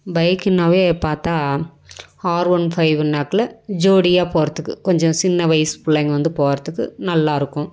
பைக்குனாவே பார்த்தா ஆர்ஒன் ஃபைவ்வுனாக்குல ஜோடியாக போகிறத்துக்கு கொஞ்சம் சின்ன வயசு பிள்ளைங்க வந்து போகிறத்துக்கு நல்லாயிருக்கும்